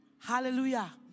Hallelujah